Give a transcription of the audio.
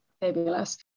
fabulous